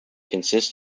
consists